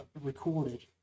recorded